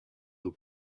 the